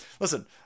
Listen